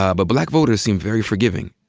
ah but black voters seem very forgiving.